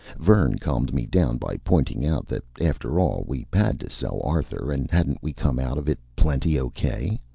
vern calmed me down by pointing out that, after all, we had to sell arthur, and hadn't we come out of it plenty okay?